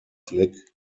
fleck